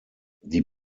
die